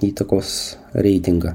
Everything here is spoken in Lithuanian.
įtakos reitingą